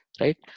right